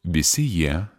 visi jie